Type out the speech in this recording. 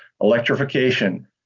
electrification